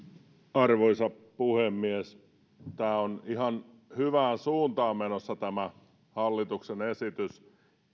arvoisa puhemies tämä on ihan hyvään suuntaan menossa tämä hallituksen esitys